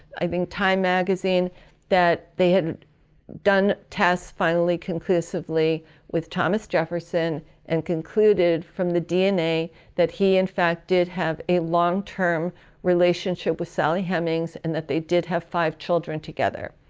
i think time magazine that they had done tests finally conclusively with thomas jefferson and concluded from the dna that he in fact did have a long-term relationship with sally hemings and that they did have five children together.